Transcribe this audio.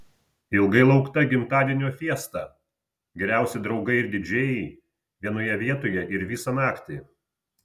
ilgai laukta gimtadienio fiesta geriausi draugai ir didžėjai vienoje vietoje ir visą naktį